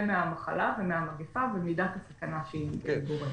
מהמחלה והמגפה ומידת הסכנה שהיא גורמת.